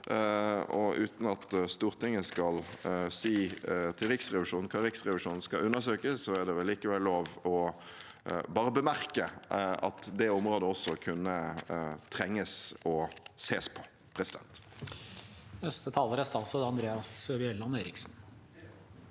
Uten at Stortinget skal si til Riksrevisjonen hva Riksrevisjonen skal undersøke, er det vel likevel lov til bare å bemerke at det området også kunne trenges å ses på. Statsråd Andreas Bjelland Eriksen